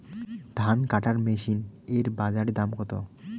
ধান কাটার মেশিন এর বাজারে দাম কতো?